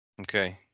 Okay